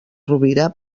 rovira